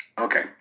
Okay